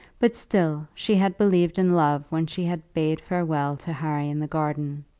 but still she had believed in love when she had bade farewell to harry in the garden.